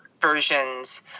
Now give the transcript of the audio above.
versions